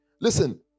Listen